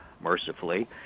mercifully